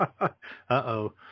uh-oh